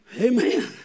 Amen